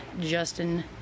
Justin